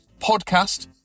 podcast